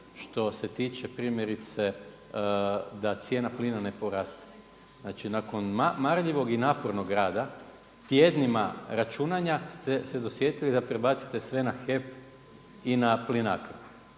što se tiče primjerice da cijena plina ne poraste. Znači nakon marljivog i napornog rada tjednima računanja ste se dosjetili da prebacite sve na HEP i na